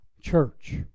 church